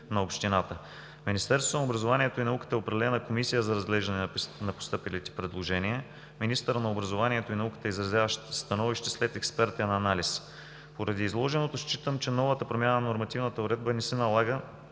на общината. В Министерството на образованието и науката е определена Комисия за разглеждане на постъпилите предложения. Министърът на образованието и науката изразява становище след експертен анализ. Поради изложеното считам, че нова промяна на нормативната уредба не се налага,